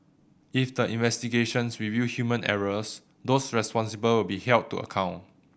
if the investigations reveal human errors those responsible will be held to account